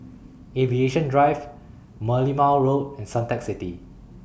Aviation Drive Merlimau Road and Suntec City